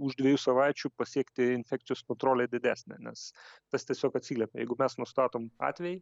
už dviejų savaičių pasiekti infekcijos kontrolę didesnę nes tas tiesiog atsiliepia jeigu mes nustatom atvejį